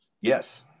yes